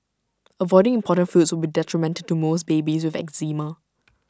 avoiding important foods will be detrimental to most babies with eczema